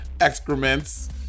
excrements